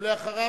ואחריו,